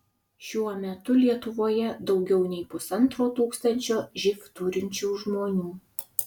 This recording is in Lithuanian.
šiuo metu lietuvoje daugiau nei pusantro tūkstančio živ turinčių žmonių